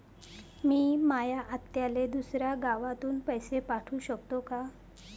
मी माया आत्याले दुसऱ्या गावातून पैसे पाठू शकतो का?